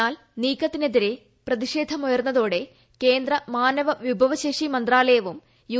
എന്നാൽ നീക്കത്തിനെതിരെ പ്രതിഷേധമുയർന്നതോടെ കേന്ദ്ര മാനവ വിഭ്രവശേഷി മന്ത്രാലയവും യു